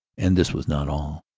and this was not all.